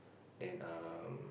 and um